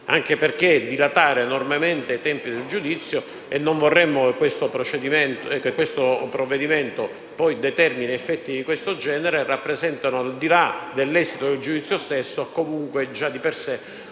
potrebbero dilatare enormemente i tempi del giudizio e non vorremmo che questo provvedimento determini effetti di questo genere. Essi rappresentano, infatti, al di là degli esiti del giudizio stesso, comunque già di per sé